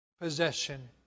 possession